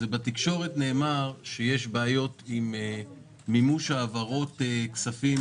נאמר בתקשורת שיש בעיות עם מימוש העברות כספים